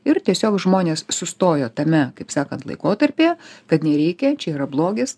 ir tiesiog žmonės sustojo tame kaip sakant laikotarpyje kad nereikia čia yra blogis